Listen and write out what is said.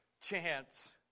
chance